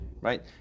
Right